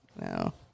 No